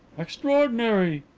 extraordinary,